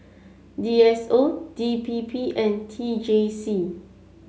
D S O D P P and T J C